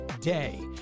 day